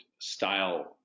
style